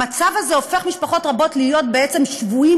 המצב הזה הופך משפחות רבות להיות בעצם שבויות,